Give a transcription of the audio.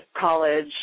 College